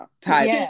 Type